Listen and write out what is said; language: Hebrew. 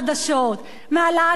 מהעלאת מחיר הדלק,